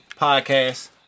podcast